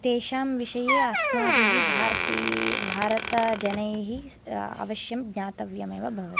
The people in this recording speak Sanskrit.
तेषां विषये अस्माभिः भारती भारतजनैः अवश्यं ज्ञातव्यम् एव भवति